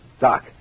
Doc